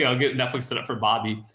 you know, get netflix set up for bobby.